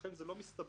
לכן, זה לא מסתבר.